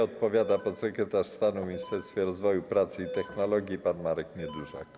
Odpowiada podsekretarz stanu w Ministerstwie Rozwoju, Pracy i Technologii pan Marek Niedużak.